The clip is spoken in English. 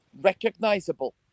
recognizable